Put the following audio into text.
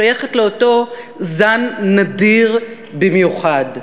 שייכת לאותו זן נדיר במיוחד,